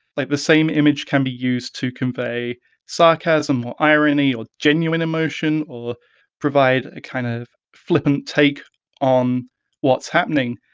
like the same image can be used to convey sarcasm or irony or genuine emotion or provide a kind of flippant take on what's happening,